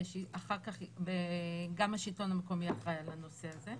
אחר-כך, גם השלטון המקומי אחראי על הנושא הזה.